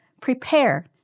prepare